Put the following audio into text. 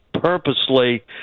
purposely